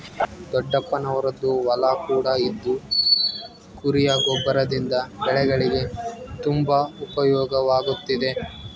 ದೊಡ್ಡಪ್ಪನವರದ್ದು ಹೊಲ ಕೂಡ ಇದ್ದು ಕುರಿಯ ಗೊಬ್ಬರದಿಂದ ಬೆಳೆಗಳಿಗೆ ತುಂಬಾ ಉಪಯೋಗವಾಗುತ್ತಿದೆ